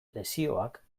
lezioak